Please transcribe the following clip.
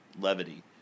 levity